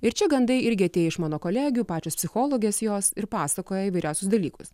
ir čia gandai irgi atėjo iš mano kolegių pačios psichologės jos ir pasakoja įvairiausius dalykus